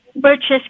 purchase